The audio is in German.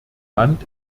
land